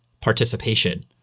participation